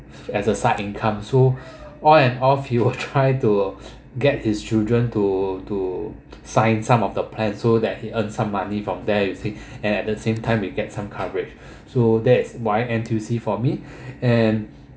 as a side income so on and off he will try to get his children to to sign some of the plan so that he earns some money from there you see and at the same time we get some coverage so that's why N_T_U_C for me and